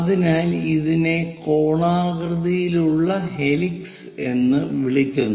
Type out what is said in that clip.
അതിനാൽ ഇതിനെ കോണാകൃതിയിലുള്ള ഹെലിക്സ് എന്ന് വിളിക്കുന്നു